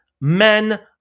men